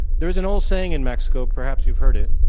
there's an old saying in mexico, perhaps you've heard it.